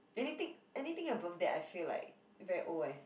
anything anything above that I feel like very old eh